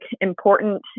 important